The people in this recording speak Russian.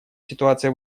ситуация